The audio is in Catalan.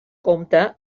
compte